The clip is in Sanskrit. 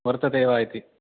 वर्तते वा इति